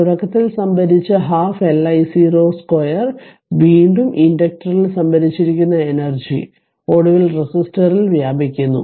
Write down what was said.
തുടക്കത്തിൽ സംഭരിച്ച 12LI02 വീണ്ടും ഇൻഡക്റ്ററിൽ സംഭരിച്ചിരിക്കുന്ന എനർജി ഒടുവിൽ റെസിസ്റ്ററിൽ വ്യാപിക്കുന്നു